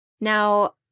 Now